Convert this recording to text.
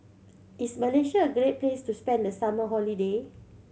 is Malaysia a great place to spend the summer holiday